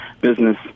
business